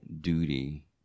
duty